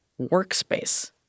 workspace